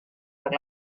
per